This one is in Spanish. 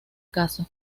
caso